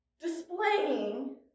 displaying